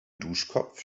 duschkopf